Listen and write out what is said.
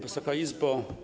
Wysoka Izbo!